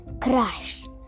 crash